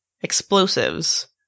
explosives